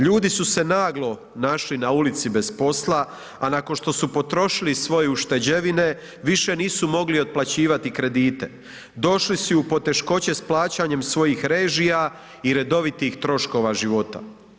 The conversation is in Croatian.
Ljudi su se naglo našli na ulici bez posla, a nakon što su potrošili svoje ušteđevine više nisu mogli otplaćivati kredite, došli su i u poteškoće s plaćanjem svojih režija i redovitih troškova života.